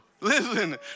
Listen